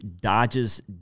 dodges